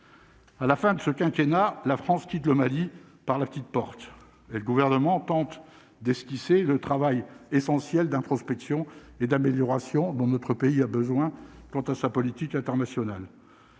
à la fin de ce quinquennat la France quitte le Mali par la petite porte, et le gouvernement tente d'esquisser le travail. Essentiel d'introspection et d'améliorations dont notre pays a besoin quant à sa politique internationale,